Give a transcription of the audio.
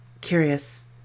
curious